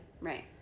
Right